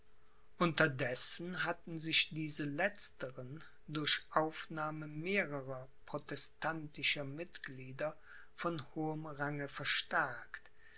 unterdessen hatten sich diese letztern durch aufnahme mehrerer protestantischer mitglieder von hohem range verstärkt